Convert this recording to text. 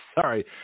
Sorry